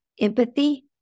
empathy